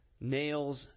nails